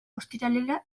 ostiralera